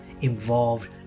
involved